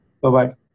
Bye-bye